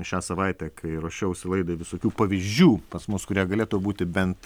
šią savaitę kai ruošiausi laidai visokių pavyzdžių pas mus kurie galėtų būti bent